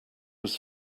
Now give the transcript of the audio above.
was